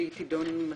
שהיא תידון מתי?